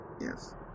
Yes